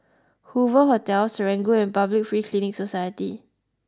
Hoover Hotel Serangoon and Public Free Clinic Society